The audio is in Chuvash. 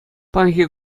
паянхи